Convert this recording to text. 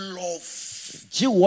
love